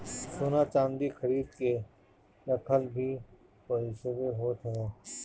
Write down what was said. सोना चांदी खरीद के रखल भी पईसवे होत हवे